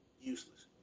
useless